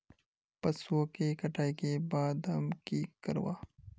पशुओं के कटाई के बाद हम की करवा?